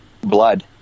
blood